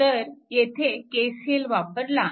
तर येथे KCL वापरला तर